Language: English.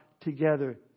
together